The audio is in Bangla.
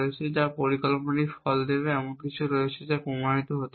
যা পরিকল্পনাটি ফল দেবে এমন অংশ রয়েছে যা প্রমাণিত হতে পারে